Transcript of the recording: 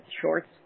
shorts